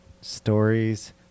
stories